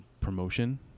promotion